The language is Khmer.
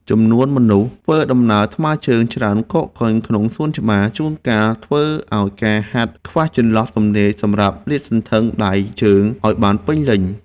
ចំនួនមនុស្សធ្វើដំណើរថ្មើរជើងច្រើនកកកុញក្នុងសួនច្បារ ជួនកាលធ្វើឱ្យអ្នកហាត់ខ្វះចន្លោះទំនេរសម្រាប់លាតសន្ធឹងដៃជើងឱ្យបានពេញលេញ។